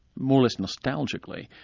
more or less nostalgically,